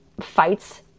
fights